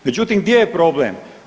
Međutim gdje je problem?